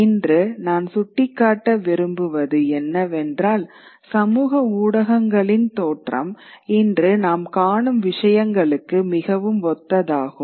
இன்று நான் சுட்டிக்காட்ட விரும்புவது என்னவென்றால் சமூக ஊடகங்களின் தோற்றம் இன்று நாம் காணும் விஷயங்களுக்கு மிகவும் ஒத்ததாகும்